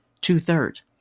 Two-thirds